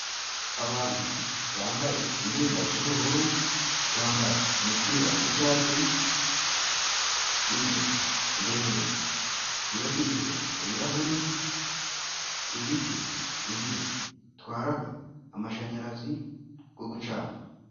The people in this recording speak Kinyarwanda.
Abantu bambaye imyenda z'ubururu, bakambara imipira z'icyatsi. Inzu ndende yubakishije ibirahuri. Ibiti bibiri bitwaraga amashanyarazi go gucana.